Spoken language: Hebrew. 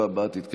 אם כן, בעד,